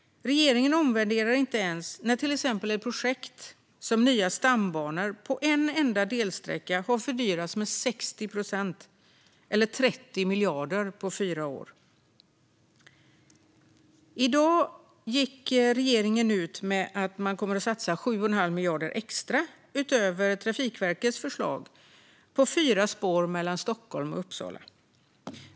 Regeringen omvärderar inte ens när till exempel projekt som nya stambanor på en enda delsträcka har fördyrats med 60 procent eller 30 miljarder på fyra år. I dag gick regeringen ut med att man kommer att satsa 7,5 miljarder extra, utöver Trafikverkets förslag, på fyra spår mellan Stockholm och Uppsala.